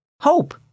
Hope